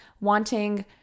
wanting